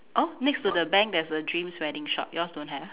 oh next to the bank there's a dreams wedding shop yours don't have